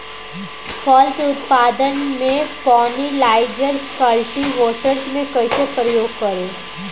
फल के उत्पादन मे पॉलिनाइजर कल्टीवर्स के कइसे प्रयोग करी?